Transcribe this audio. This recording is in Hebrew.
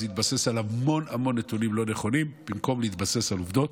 זה התבסס על המון המון נתונים לא נכונים במקום להתבסס על עובדות.